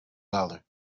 dollar